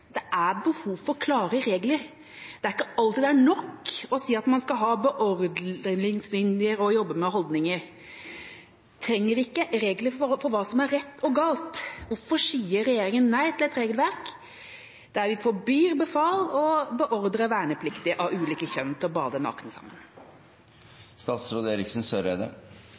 det er behov for klare regler. Det er ikke alltid det er nok å si at man skal ha beordringslinjer og jobbe med holdninger. Trenger vi ikke regler for hva som er rett og galt? Hvorfor sier regjeringa nei til et regelverk der vi forbyr befal å beordre vernepliktige av ulike kjønn til å bade nakne sammen?